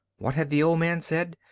what had the old man said?